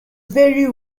vary